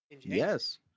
yes